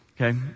Okay